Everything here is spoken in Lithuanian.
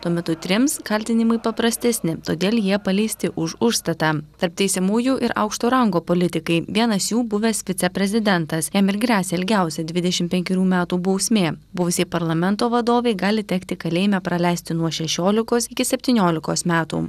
tuo metu trims kaltinimai paprastesni todėl jie paleisti už užstatą tarp teisiamųjų ir aukšto rango politikai vienas jų buvęs viceprezidentas jam ir gresia ilgiausia dvidešimt penkerių metų bausmė buvusiai parlamento vadovei gali tekti kalėjime praleisti nuo šešiolikos iki septyniolikos metų